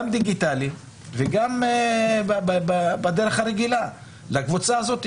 גם דיגיטלית וגם בדרך הרגילה לקבוצה הזאת,